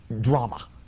drama